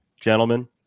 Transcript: Gentlemen